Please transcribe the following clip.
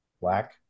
black